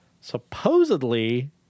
supposedly